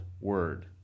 word